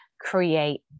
create